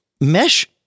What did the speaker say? mesh